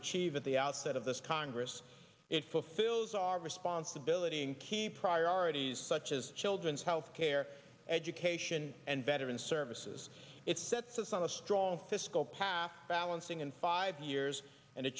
achieve at the outset of this congress it fulfills our responsibility in key priorities such as children's health care education and veterans services it sets us on a strong fiscal path balancing in five years and